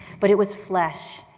but it was flesh,